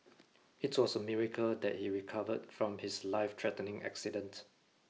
it was a miracle that he recovered from his life threatening accident